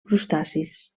crustacis